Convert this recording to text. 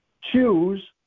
Choose